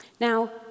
Now